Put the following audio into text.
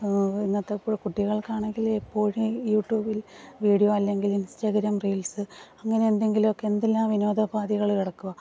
ഇന്നത്തെ കൂടെ കുട്ടികൾക്കാണെങ്കിൽ എപ്പോഴും യൂട്യൂബിൽ വീഡിയോ അല്ലെങ്കിൽ ഇൻസ്റ്റാഗ്രാം റീൽസ് അങ്ങനെ എന്തെങ്കിലുമൊക്കെ എന്തെല്ലാം വിനോദ ഉപാധികൾ കിടക്കുകയാണ്